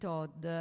Todd